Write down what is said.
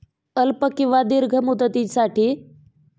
अल्प किंवा दीर्घ मुदतीसाठीच्या बचत योजनेची माहिती हवी आहे